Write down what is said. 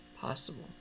possible